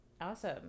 Awesome